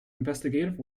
investigative